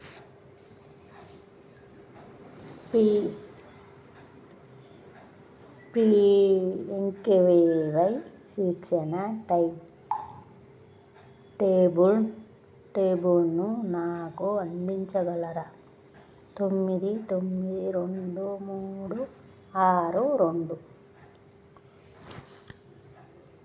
P PMKVY శిక్షణ type table టేబుల్ను నాకు అందించగలరా తొమ్మిది తొమ్మిది రెండు మూడు ఆరు రెండు